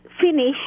Finish